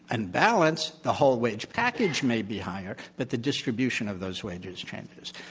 and balance, the whole wage package may be higher but the distribution of those wages changes.